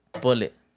Bullet